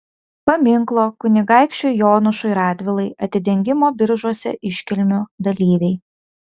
paminklo kunigaikščiui jonušui radvilai atidengimo biržuose iškilmių dalyviai